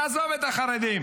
תעזוב את החרדים.